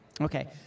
Okay